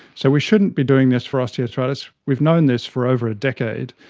so we shouldn't be doing this for osteoarthritis. we've known this for over a decade,